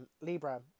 Libra